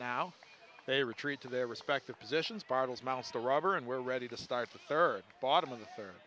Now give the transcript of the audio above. now they retreat to their respective positions bottles mouse the rubber and were ready to start the third bottom of the